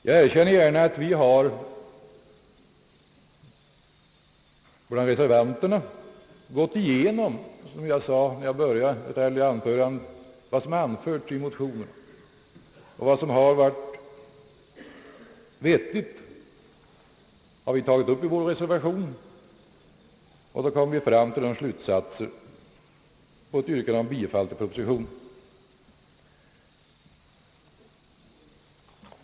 Jag erkänner gärna att vi reservanter har gått igenom — som jag sade när jag började detta anförande — vad som har anförts i motionerna. Det som är vettigt har vi tagit upp i vår reservation, och så har vi kommit fram till slutsatsen att yrka bifall till propositionen. Herr talman!